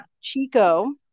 Chico